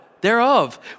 thereof